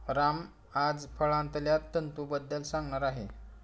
राम आज फळांतल्या तंतूंबद्दल सांगणार आहे